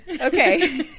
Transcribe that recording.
Okay